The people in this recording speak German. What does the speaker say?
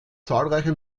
zahlreiche